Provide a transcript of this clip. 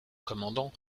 commandant